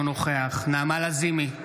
נוכח נעמה לזימי,